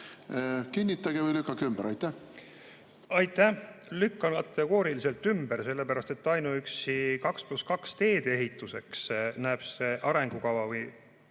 Kinnitage või lükake ümber. Aitäh! Lükkan kategooriliselt ümber, sellepärast et ainuüksi 2 + 2 teede ehituseks näeb see arengukava